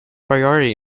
priority